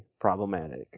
problematic